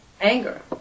anger